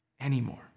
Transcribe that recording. anymore